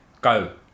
go